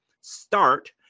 start